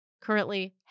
Currently